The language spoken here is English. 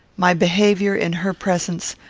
my behaviour, in her presence,